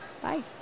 Bye